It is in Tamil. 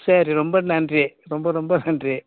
சரி ரொம்ப நன்றி ரொம்ப ரொம்ப நன்றி